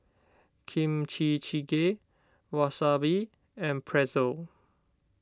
Kimchi Jjigae Wasabi and Pretzel